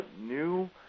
new